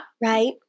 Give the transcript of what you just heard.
Right